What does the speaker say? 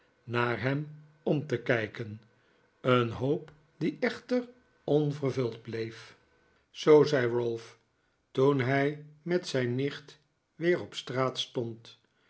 naar hem om te kijken een hoop die echter onvervuld bleef zoo zei ralph toen hij met zijn nicht weer op straat stond